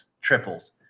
triples